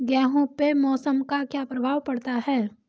गेहूँ पे मौसम का क्या प्रभाव पड़ता है?